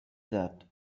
that